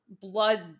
blood